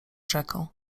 rzeką